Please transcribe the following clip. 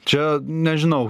čia nežinau